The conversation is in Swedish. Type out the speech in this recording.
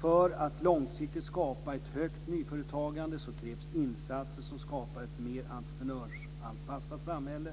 För att långsiktigt skapa ett högt nyföretagande krävs insatser som skapar ett mer entreprenöranpassat samhälle.